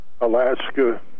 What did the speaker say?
Alaska